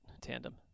tandem